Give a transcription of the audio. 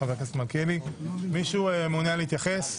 מישהו מעוניין להתייחס?